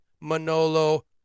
Manolo